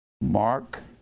Mark